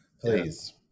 Please